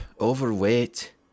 overweight